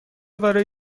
برای